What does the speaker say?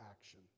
action